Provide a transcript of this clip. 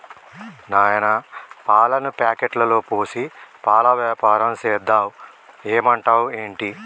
నాయనా పాలను ప్యాకెట్లలో పోసి పాల వ్యాపారం సేద్దాం ఏమంటావ్ ఏంటి